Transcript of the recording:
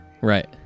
Right